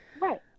Right